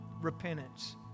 repentance